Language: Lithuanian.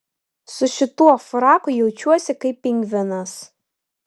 su šituo fraku jaučiuosi kaip pingvinas